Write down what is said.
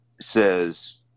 says